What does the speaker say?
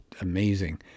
amazing